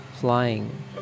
flying